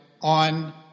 on